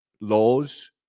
laws